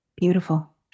Beautiful